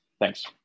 Thanks